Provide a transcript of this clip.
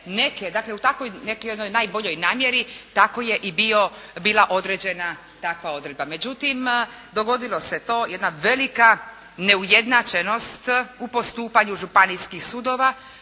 takvoj jednoj najboljoj namjeri tako je i bio, bila određena takva odredba. Međutim dogodilo se to, jedna velika neujednačenost u postupanju županijskih sudova